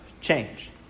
change